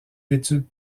d’études